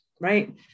right